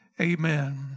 Amen